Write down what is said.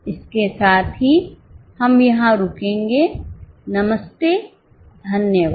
इसके साथ ही हम यहां रुकेंगे नमस्ते धन्यवाद